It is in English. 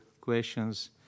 questions